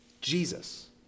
Jesus